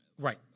Right